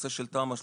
נושא של תמ"א 38,